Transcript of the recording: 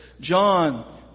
John